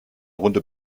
runde